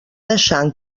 deixant